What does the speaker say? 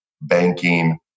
banking